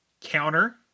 Counter-